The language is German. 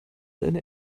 eine